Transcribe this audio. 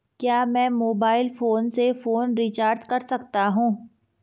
क्या मैं mobile phone से फोन रिचार्ज कर सकता हूं?